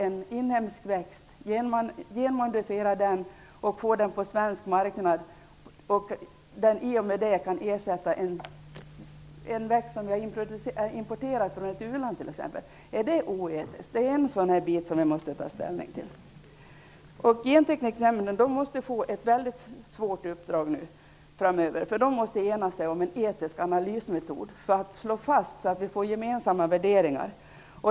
Är det fel att genmanipulera en inhemsk växt för den svenska marknaden, som i och med det kan ersätta en växt som vi importerar från ett u-land? Är det oetiskt? Det är en aspekt som vi måste ta ställning till. Gentekniknämnden får ett väldigt svårt uppdrag framöver. Nämnden måste ena sig om en etisk analysmetod, så att vi får gemensamma värderingar.